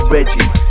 Reggie